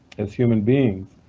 as human beings,